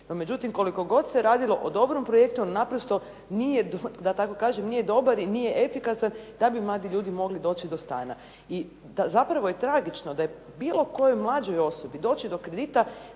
međutim koliko god se radilo o dobrom projektu, on naprosto nije, da tako kažem nije dobar i nije efikasan da bi mladi ljudi mogli doći do stana. I zapravo je tragično da bilo kojoj mlađoj osobi doći do kredita